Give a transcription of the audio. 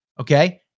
okay